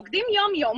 עובדים יום יום,